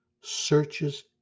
searches